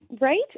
Right